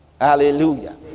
Hallelujah